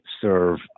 serve